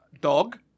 dog